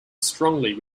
strongly